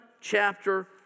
chapter